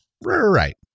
Right